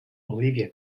olivia